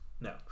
no